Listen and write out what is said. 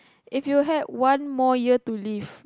if you had one more year to live